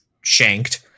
shanked